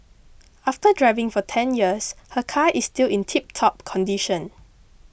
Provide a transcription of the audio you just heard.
after driving for ten years her car is still in tiptop condition